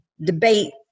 debate